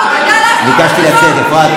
תענה עניינית לדבר.